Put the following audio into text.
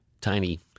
tiny